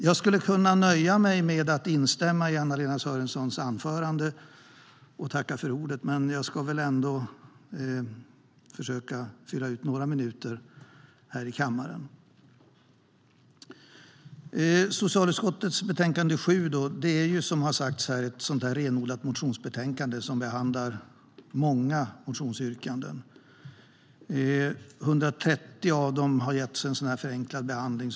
Jag skulle kunna nöja mig med att instämma i Anna-Lena Sörensons anförande och tacka för ordet. Men jag ska väl ändå försöka att fylla ut några minuter här i kammaren. Socialutskottets betänkande 7 är ett renodlat motionsbetänkande som behandlar många motionsyrkanden. 130 av dessa yrkanden har getts en förenklad behandling.